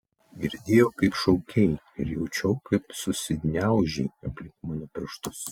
girdėjau kaip šaukei ir jaučiau kaip susigniaužei aplink mano pirštus